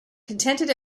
contented